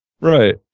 right